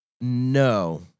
No